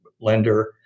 lender